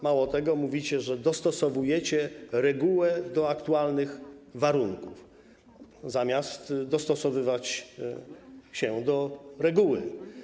Mało tego, mówicie, że dostosowujecie regułę do aktualnych warunków, zamiast dostosowywać się do reguły.